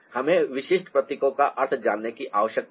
हमें विशिष्ट प्रतीकों का अर्थ जानने की आवश्यकता है